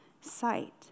sight